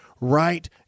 right